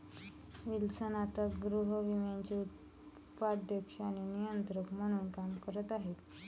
Wilson आता गृहविम्याचे उपाध्यक्ष आणि नियंत्रक म्हणून काम करत आहेत